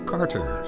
Carter